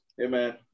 Amen